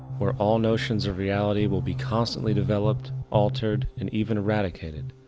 where all notions of reality will be constantly developed, altered and even eradicated,